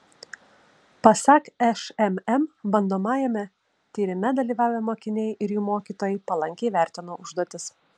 pasak šmm bandomajame tyrime dalyvavę mokiniai ir jų mokytojai palankiai vertino užduotis